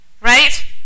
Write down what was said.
Right